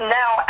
now